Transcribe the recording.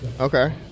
Okay